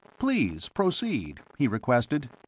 please proceed, he requested.